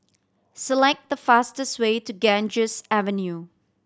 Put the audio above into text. select the fastest way to Ganges Avenue